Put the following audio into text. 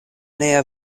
nia